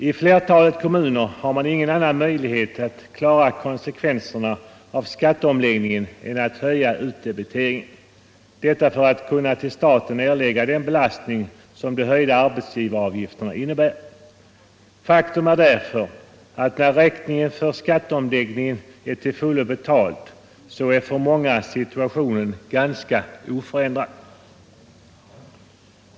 I flertalet kommuner har man ingen annan möjlighet att klara konsekvenserna av skatteomläggningen än att höja utdebiteringen, detta för att orka med den belastning som de höjda arbetsgivaravgifterna till staten innebär. Faktum är därför att när räkningen för skatteomläggningen är till fullo betald är för många situationen ganska oförändrad.